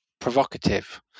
provocative